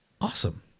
Awesome